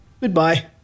Goodbye